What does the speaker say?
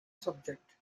subject